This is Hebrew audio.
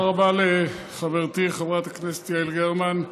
תודה רבה לחברתי חברת הכנסת יעל גרמן.